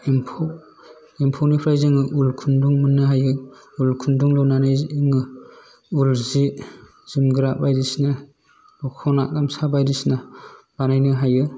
एम्फौ एम्फौनिफ्राय जोङो उल खुन्दुं मोनो हायो उल खुन्दुं लुन्नानै जोङो उल जि जोमग्रा बायदिसिना दख'ना गामसा बायदिसिना बानायनो हायो